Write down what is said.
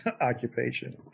occupation